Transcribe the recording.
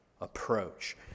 approach